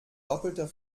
doppelter